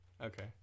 Okay